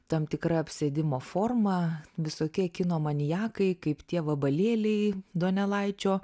tam tikra apsėdimo forma visokie kino maniakai kaip tie vabalėliai donelaičio